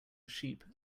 sheep